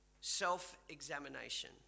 self-examination